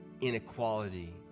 inequality